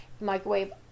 microwave